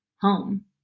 home